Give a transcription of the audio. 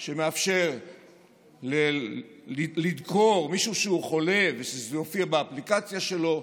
שמאפשר "לדקור" מישהו שהוא חולה ושזה יופיע באפליקציה שלו,